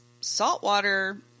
saltwater